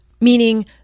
meaning